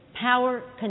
Power